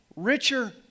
Richer